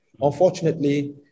unfortunately